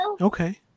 Okay